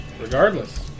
regardless